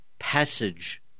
passage